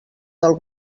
del